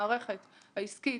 המערכת העסקית